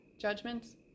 judgments